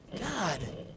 God